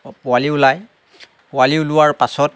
পোৱালি ওলায় পোৱালি ওলোৱাৰ পাছত